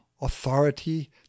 authority